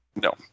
no